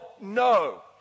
no